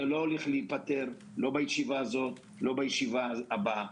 זה לא הולך להיפתר בישיבה הזאת או בישיבה הבאה.